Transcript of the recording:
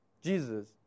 Jesus